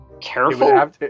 careful